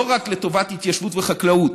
לא רק לטובת התיישבות וחקלאות